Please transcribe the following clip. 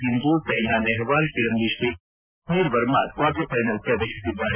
ಸಿಂಧು ಸೈನಾ ನೆಹ್ವಾಲ್ ಕಿಡಂಬಿ ಶ್ರೀಕಾಂತ್ ಹಾಗೂ Sameer Varma quarter finals ಪ್ರವೇಶಿಸಿದ್ದಾರೆ